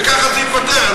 וככה זה ייפתר.